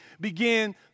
begin